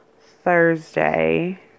Thursday